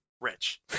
Rich